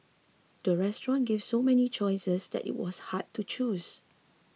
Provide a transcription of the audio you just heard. the restaurant gave so many choices that it was hard to choose